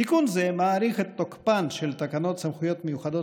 תיקון זה מאריך את תוקפן של תקנות סמכויות מיוחדות